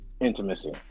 intimacy